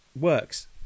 works